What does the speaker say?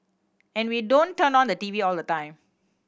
and we don't turn on the T V all the time